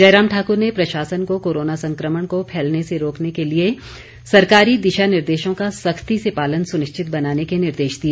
जयराम ठाकुर ने प्रशासन को कोरोना संक्रमण को फैलने से रोकने के लिए सरकारी दिशा निर्देशों का सख्ती से पालन सुनिश्चित बनाने के निर्देश दिए